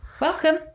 Welcome